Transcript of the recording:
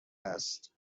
است